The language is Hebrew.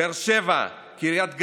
באר שבע, קריית גת,